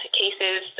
cases